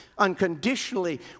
unconditionally